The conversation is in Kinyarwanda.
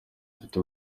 afite